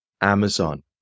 Amazon